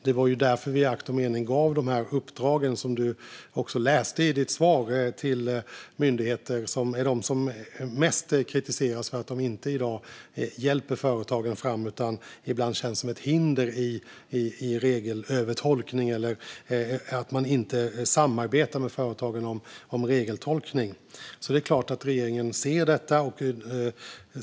Det var därför som vi gav de uppdrag som Alexander Christiansson läste upp i sitt inlägg till de myndigheter som mest kritiseras för att de i dag inte hjälper företagen utan ibland känns som ett hinder genom regelövertolkning eller att de inte samarbetar med företagen om regeltolkning. Det är klart att regeringen ser dessa problem.